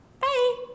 Bye